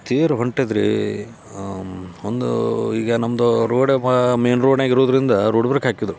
ತೇರು ಹೊಂಟಿತ್ತು ರೀ ಒಂದು ಈಗ ನಮ್ಮದು ರೋಡ್ ಮೇಯ್ನ್ ರೋಡ್ನ್ಯಾಗ ಇರೋದ್ರಿಂದ ರೋಡ್ ಬ್ರೇಕ್ ಹಾಕಿದ್ದರು